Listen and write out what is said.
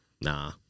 nah